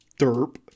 Derp